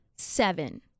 Seven